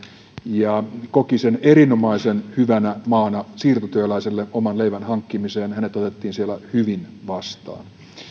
ja koki sen erinomaisen hyvänä maana siirtotyöläiselle oman leivän hankkimiseen hänet otettiin siellä hyvin vastaan